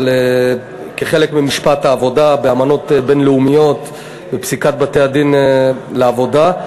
אבל כחלק ממשפט העבודה באמנות בין-לאומיות ופסיקת בתי-הדין לעבודה,